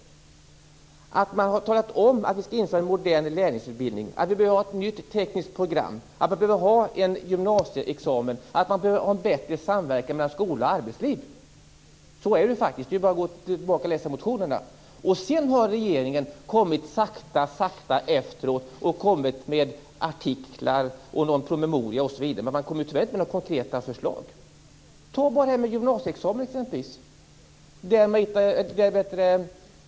Vi har talat om att man borde införa en modern lärlingsutbildning, att vi behöver ett nytt tekniskt program, att man borde ha en gymnasieexamen och att man bör ha bättre samverkan mellan skola och arbetsliv. Så är det faktiskt. Det är bara att gå tillbaka och läsa motionerna. Sedan har regeringen sakta följt efter och kommit med artiklar, någon promemoria osv. Men man kommer tyvärr inte med några konkreta förslag. Tag bara det här med gymnasieexamen som exempel!